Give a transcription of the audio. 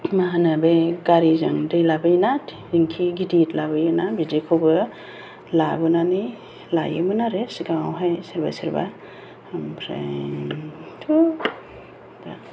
मा होनो बे गारिजों दै लाबोयोना टेंकि गिदिर गिदिर लाबोयोना बिदिखौबो लाबोनानै लायोमोन आरो सिगाङावहाय सोरबा सोरबा ओमफ्रायथ'